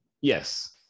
Yes